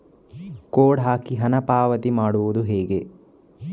Code ಹಾಕಿ ಹಣ ಪಾವತಿ ಮಾಡೋದು ಹೇಗೆ?